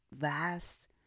vast